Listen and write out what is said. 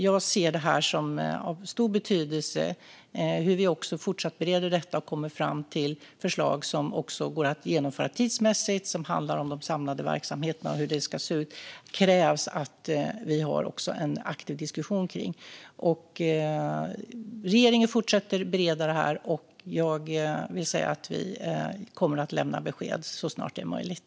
Jag ser att det har stor betydelse för hur vi fortsatt bereder detta och kommer fram till förslag som går att genomföra tidsmässigt och som handlar om hur de samlade verksamheterna ska se ut. Det krävs att vi har en aktiv diskussion om det. Regeringen fortsätter att bereda detta. Vi kommer att lämna besked så snart det är möjligt.